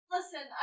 Listen